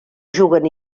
juguen